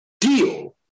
deal